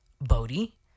Bodhi